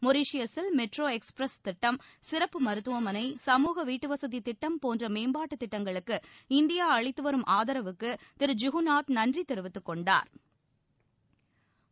மொரீஷியசில் metro express திட்டம் சிறப்பு மருத்துவமனை சமூக வீட்டுவசதி திட்டம் போன்ற மேம்பாட்டுத் திட்டங்களுக்கு இந்தியா அளித்துவரும் ஆதரவுக்கு திரு ஜூகுநாத் நன்றி தெரிவித்துக்கொண்டாா்